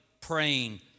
praying